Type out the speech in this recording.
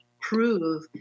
prove